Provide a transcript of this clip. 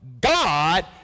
God